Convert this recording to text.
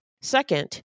Second